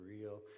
real